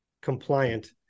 compliant